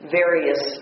various